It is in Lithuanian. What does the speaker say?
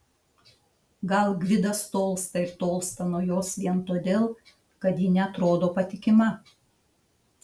gal gvidas tolsta ir tolsta nuo jos vien todėl kad ji neatrodo patikima